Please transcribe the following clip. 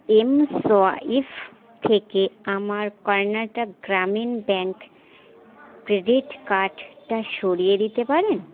mSwipe থেকে আমার Karnataka Gramin bank credit কার্ডটা সরিয়ে দিতে পারেন